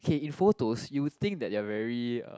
okay in photos you'll think that they are very err